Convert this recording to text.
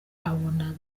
abona